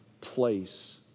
place